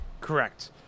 Correct